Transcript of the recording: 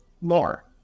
more